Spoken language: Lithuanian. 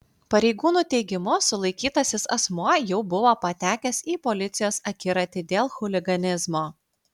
pareigūnų teigimu sulaikytasis asmuo jau buvo patekęs į policijos akiratį dėl chuliganizmo